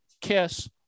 KISS